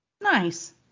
Nice